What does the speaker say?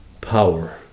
power